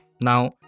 Now